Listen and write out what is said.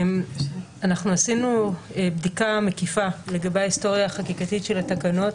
עשינו בדיקה מקיפה לגבי ההיסטוריה החקיקתית של התקנות,